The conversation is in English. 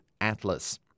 atlas